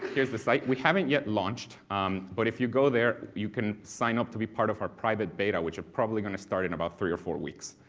here's the site. we haven't yet launched but if you go there you can sign up to be part of our private beta which we're probably going to start in about three or four weeks.